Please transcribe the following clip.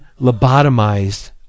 lobotomized